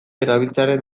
erabiltzearen